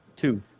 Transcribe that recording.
Two